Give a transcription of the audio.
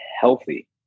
healthy